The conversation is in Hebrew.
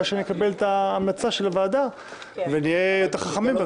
שנקבל את ההמלצה של הוועדה ונהיה יותר חכמים.